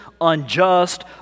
unjust